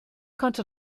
konnte